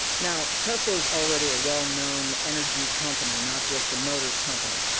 now tesla is already a well-known energy company, not just a motors company.